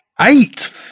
Eight